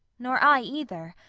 nor i either.